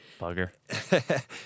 Bugger